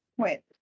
wait